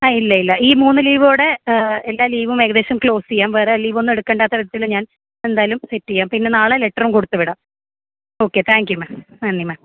ആ ഇല്ല ഇല്ല ഈ മൂന്നുലീവോടെ എല്ലാലീവും ഏകദേശം ക്ലോസ് ചെയ്യാം വേറെ ലീവൊന്നും എടുക്കേണ്ടാത്ത വിധത്തിൽ ഞാൻ എന്തായാലും സെറ്റ് ചെയ്യാം പിന്നെ നാളെ ലെറ്ററും കൊടുത്തുവിടാം ഓക്കേ താങ്ക് യൂ മാം നന്ദി മാം